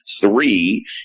Three